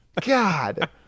God